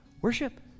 Worship